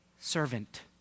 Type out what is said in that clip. servant